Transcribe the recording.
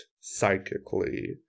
psychically